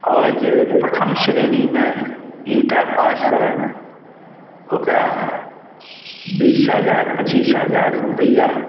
आओर जे प्रथम श्रेणीमे इंटर पास करत ओकरा बीस हजार पचीस हजार रुपैआ